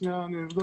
שנייה, אני אבדוק.